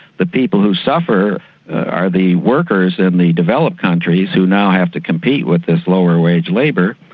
the people who suffer are the workers in the developed countries who now have to compete with this lower wage labour.